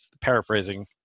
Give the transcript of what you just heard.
paraphrasing